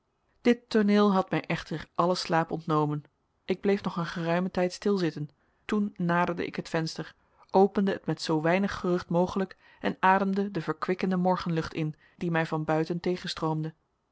dit tooneel had mij echter allen slaap ontnomen ik bleef nog een geruimen tijd stilzitten toen naderde ik het venster opende het met zoo weinig gerucht mogelijk en ademde de verkwikkende morgenlucht in die mij van